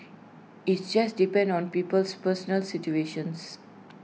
IT just depends on people's personal situations